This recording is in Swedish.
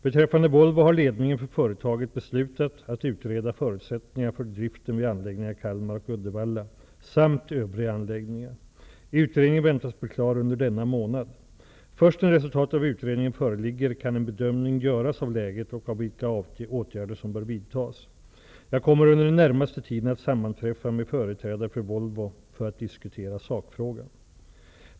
Beträffande Volvo har ledningen för företaget beslutat att utreda förutsättningarna för driften vid anläggningarna i Kalmar och Uddevalla samt övriga anläggningar. Utredningen väntas bli klar under denna månad. Först när resultatet av utredningen föreligger kan en bedömning göras av läget och av vilka åtgärder som bör vidtas. Jag kommer under den närmaste tiden att sammanträffa med företrädare för Volvo för att diskutera sakfrågan.